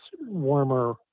warmer